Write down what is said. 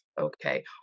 okay